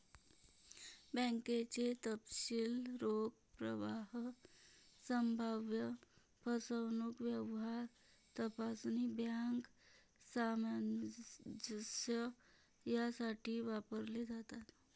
बँकेचे तपशील रोख प्रवाह, संभाव्य फसवणूक, व्यवहार तपासणी, बँक सामंजस्य यासाठी वापरले जातात